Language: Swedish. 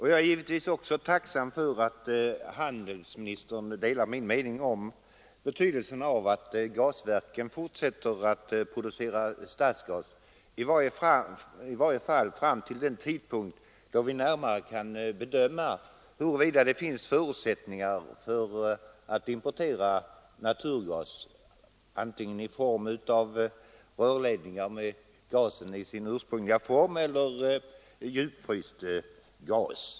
Jag är givetvis också tacksam för att handelsministern delar min uppfattning om betydelsen av att gasverken fortsätter att producera stadsgas, i varje fall fram till den tidpunkt då vi närmare kan bedöma huruvida det finns förutsättningar Nr 79 att importera naturgas, antingen — genom rörledningar — gas i sin Måndagen den naturliga form eller djupfryst gas.